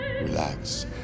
Relax